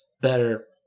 Better